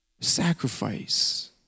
sacrifice